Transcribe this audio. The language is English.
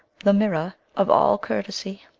the mirror of all courtesie.